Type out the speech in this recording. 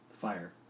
Fire